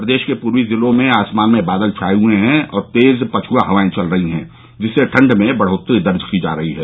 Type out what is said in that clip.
प्रदेश के पूर्वी जिलों में आसमान में बादल छाए हुए हैं और तेज पछुवा हवाएं चल रही है जिससे ठण्ड में बढ़ोत्तरी दर्ज की जा रही है